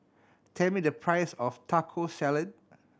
tell me the price of Taco Salad